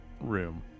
room